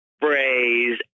phrase